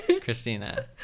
Christina